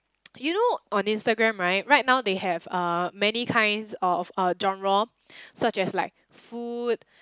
you know on Instagram right right now they have uh many kinds of uh genre such as like food